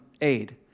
aid